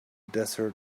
desert